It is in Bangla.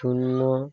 শূন্য